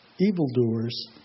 evildoers